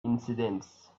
incidents